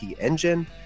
engine